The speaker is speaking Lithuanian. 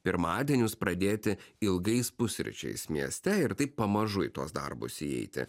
pirmadienius pradėti ilgais pusryčiais mieste ir taip pamažu į tuos darbus įeiti